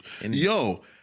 Yo